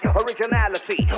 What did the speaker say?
originality